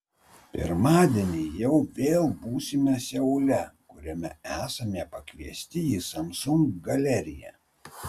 pirmadienį jau vėl būsime seule kuriame esame pakviesti į samsung galeriją